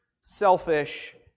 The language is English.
selfish